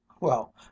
Well